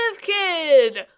kid